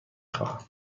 خواهم